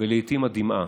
ולעיתים הדמעה.